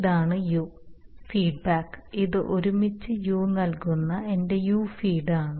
ഇതാണ് u feedback ഇത് ഒരുമിച്ച് u നൽകുന്ന എന്റെ u ഫീഡാണ്